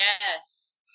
yes